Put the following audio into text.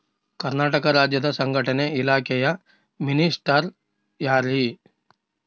ಕರ್ನಾಟಕ ರಾಜ್ಯದ ಸಂಘಟನೆ ಇಲಾಖೆಯ ಮಿನಿಸ್ಟರ್ ಯಾರ್ರಿ?